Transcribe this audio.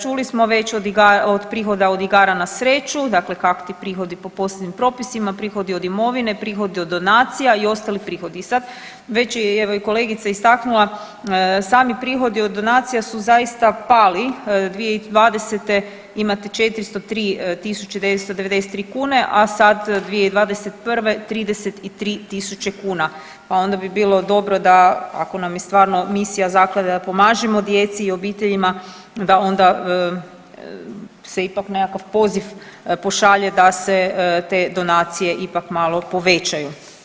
Čuli smo već, od prihoda od igara na sreću, dakle kakti prihodi po posebnim propisima, prihodi od imovine, prihodi od donacija i ostali prihodi i sad, već je evo i kolegica istaknula, sami prihodi od donacija su zaista pali 2020. imate 403 993 kune, a sad 2021. 33 tisuće kuna, pa onda bi bilo dobro da, ako nam je stvarno misija Zaklade da pomažemo djeci i obiteljima, da onda se ipak nekakav poziv pošalje da se te donacije ipak malo povećaju.